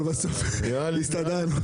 אבל בסוף הוא הסתדר.